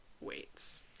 weights